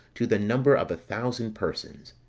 to the number of a thousand persons.